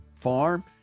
farm